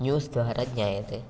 न्यूस्तः ज्ञायते